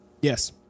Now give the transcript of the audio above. Yes